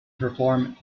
perform